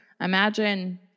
imagine